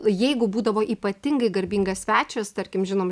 jeigu būdavo ypatingai garbingas svečias tarkim žinom